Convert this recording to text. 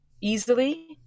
easily